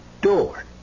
door